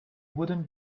wooden